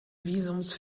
visums